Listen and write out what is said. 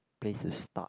place to start